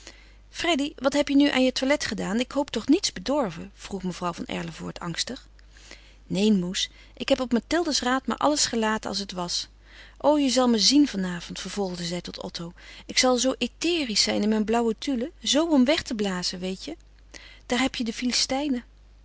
freddy wat heb je nu aan je toilet gedaan ik hoop toch niets bedorven vroeg mevrouw van erlevoort angstig neen moes ik heb op mathilde's raad maar alles gelaten als het was o je zal me zien vanavond vervolgde zij tot otto ik zal zoo etherisch zijn in mijn blauwe tulle zoo om weg te blazen weet je daar heb je de